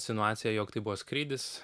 sinuacija jog tai buvo skrydis